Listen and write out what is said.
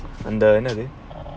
அந்தஎன்னது:andha ennathu